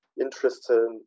interested